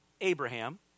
Abraham